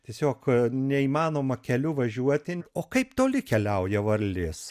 tiesiog neįmanoma keliu važiuoti o kaip toli keliauja varlės